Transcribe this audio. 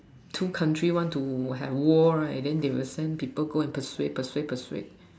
two country want to have war right then they will send someone to persuade persuade persuade